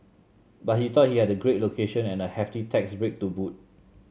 but he thought he had a great location and a hefty tax break to boot